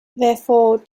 therefore